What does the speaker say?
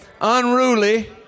unruly